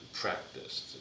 practiced